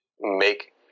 make